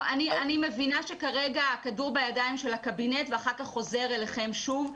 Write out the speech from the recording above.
אני מבינה שכרגע הכדור בידיים של הקבינט ואחר כך חוזר שוב אליכם,